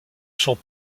sont